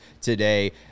today